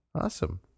Awesome